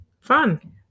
Fun